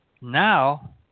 now